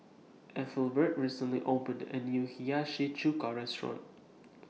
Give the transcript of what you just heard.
Ethelbert recently opened A New Hiyashi Chuka Restaurant